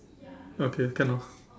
okay can ah